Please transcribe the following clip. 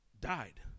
died